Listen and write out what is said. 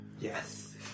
Yes